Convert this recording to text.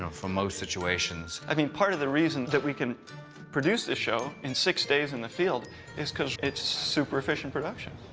for most situations. i mean part of the reason that we can produce this show in six days in the field is because it's a super-efficient production.